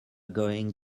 going